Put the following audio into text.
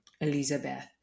Elizabeth